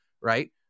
right